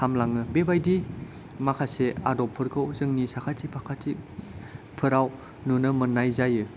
हामलाङो बेबायदि माखासे आदबफोरखौ जोंनि साखाथि फाखाथिफोराव नुनो मोननाय जायो